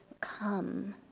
come